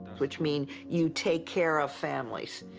which mean you take care of families